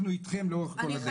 אנחנו איתכם לאורך כל הדרך.